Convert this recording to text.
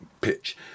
pitch